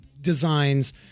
designs